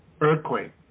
Earthquake